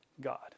God